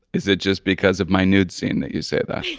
is it just because of my nude scene that you say that?